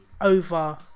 Over